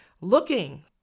looking